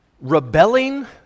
Rebelling